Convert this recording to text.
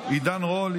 עידן רול,